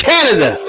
Canada